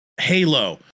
halo